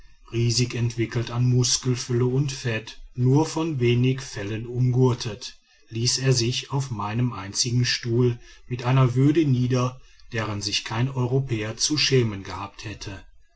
riesig entwickelt an muskelfülle und fett nur von wenigen fellen umgürtet ließ er sich auf meinem einzigen stuhl mit einer würde nieder deren sich kein europäer zu schämen gehabt hätte